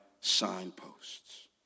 signposts